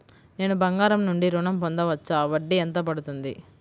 నేను బంగారం నుండి ఋణం పొందవచ్చా? వడ్డీ ఎంత పడుతుంది?